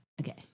Okay